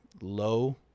low